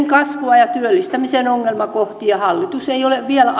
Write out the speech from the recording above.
kasvua ja työllistämisen ongelmakohtia hallitus ei ole vielä